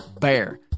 bear